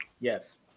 Yes